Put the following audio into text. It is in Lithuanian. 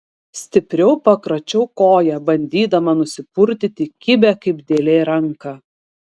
stipriau pakračiau koją bandydama nusipurtyti kibią kaip dėlė ranką